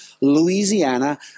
Louisiana